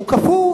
שהוא קפוא,